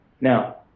Now